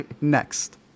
next